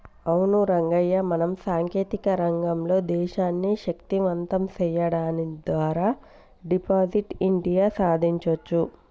అవును రంగయ్య మనం సాంకేతిక రంగంలో దేశాన్ని శక్తివంతం సేయడం ద్వారా డిజిటల్ ఇండియా సాదించొచ్చు